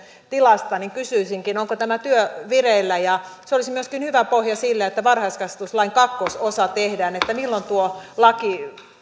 tilasta niin kysyisinkin onko tämä työ vireillä se olisi myöskin hyvä pohja sille että varhaiskasvatuslain kakkososa tehdään milloin tuon lain valmistelu